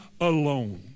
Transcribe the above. alone